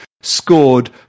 scored